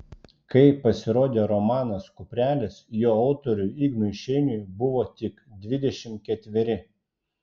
kai pasirodė romanas kuprelis jo autoriui ignui šeiniui buvo tik dvidešimt ketveri